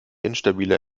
instabiler